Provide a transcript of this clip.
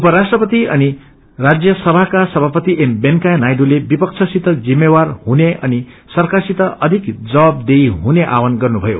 उपराष्ट्रपति अनि राज्यसभाका सभापति एम वेकैया नायडूले विपक्षसित जिम्मेवार हुने अनि सरकार सित अघि जवाबदेशी हुने आव्दान गर्नुमयो